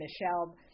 Michelle